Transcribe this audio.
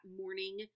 morning